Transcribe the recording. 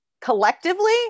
Collectively